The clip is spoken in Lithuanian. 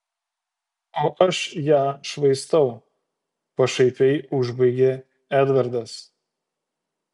o aš ją švaistau pašaipiai užbaigė edvardas